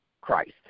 Christ